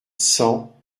cent